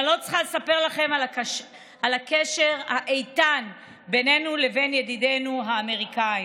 ואני לא צריכה לספר לכם על הקשר האיתן בינינו לבין ידידינו האמריקאים.